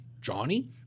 Johnny